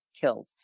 killed